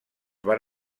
van